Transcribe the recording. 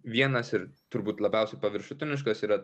vienas ir turbūt labiausiai paviršutiniškas yra